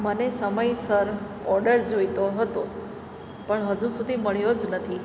મને સમયસર ઓડર જોઈતો હતો પણ હજુ સુધી મળ્યો જ નથી